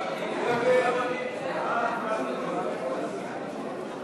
מרצ להביע אי-אמון בממשלה לא נתקבלה.